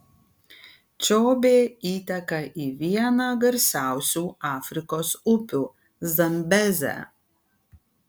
čobė įteka į vieną garsiausių afrikos upių zambezę